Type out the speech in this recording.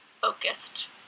focused